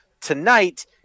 tonight